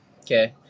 okay